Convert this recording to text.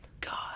God